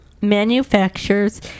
manufacturers